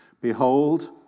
Behold